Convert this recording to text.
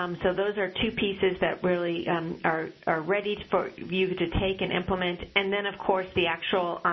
um so, those are two pieces that really are are ready for you to take and implement and then, of course, the actual